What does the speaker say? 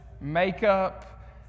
makeup